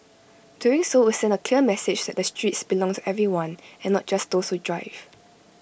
doing so would send A clear message that the streets belongs to everyone and not just those who drive